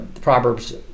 Proverbs